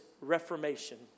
reformation